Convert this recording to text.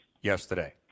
yesterday